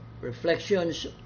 reflections